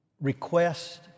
request